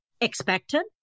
expected